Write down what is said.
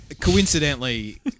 Coincidentally